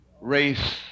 race